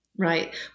Right